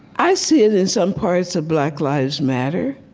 i see it in some parts of black lives matter.